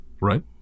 Right